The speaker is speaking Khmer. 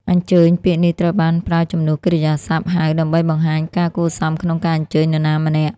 អញ្ជើញ ពាក្យនេះត្រូវបានប្រើជំនួសកិរិយាសព្ទ ហៅ ដើម្បីបង្ហាញការគួរសមក្នុងការអញ្ជើញនរណាម្នាក់។